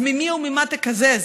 אז ממי וממה תקזז?